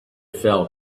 fell